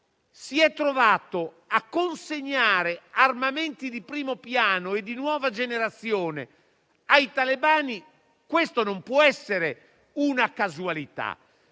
si è trovato a consegnare armamenti di primo piano e di nuova generazione ai talebani, questo non può essere una casualità.